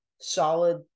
solid